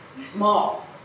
Small